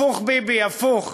הפוך, ביבי, הפוך.